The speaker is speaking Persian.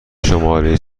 شماره